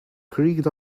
creaked